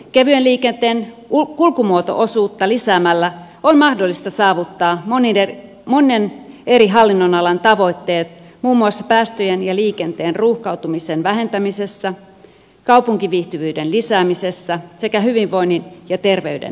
kevyen liikenteen kulkumuoto osuutta lisäämällä on mahdollista saavuttaa monen eri hallinnonalan tavoitteet muun muassa päästöjen ja liikenteen ruuhkautumisen vähentämisessä kaupunkiviihtyvyyden lisäämisessä sekä hyvinvoinnin ja terveyden edistämisessä